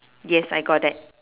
yes I got that